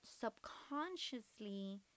subconsciously